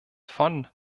von